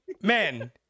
men